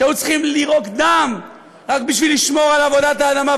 שהיו צריכים לירוק דם רק בשביל לשמור על עבודת האדמה,